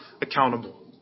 accountable